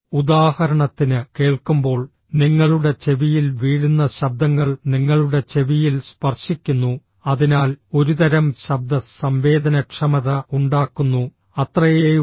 ഉദാഹരണത്തിന് കേൾക്കുമ്പോൾ നിങ്ങളുടെ ചെവിയിൽ വീഴുന്ന ശബ്ദങ്ങൾ നിങ്ങളുടെ ചെവിയിൽ സ്പർശിക്കുന്നു അതിനാൽ ഒരുതരം ശബ്ദ സംവേദനക്ഷമത ഉണ്ടാക്കുന്നു അത്രയേയുള്ളൂ